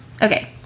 Okay